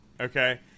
okay